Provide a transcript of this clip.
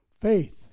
Faith